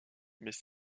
mais